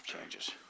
changes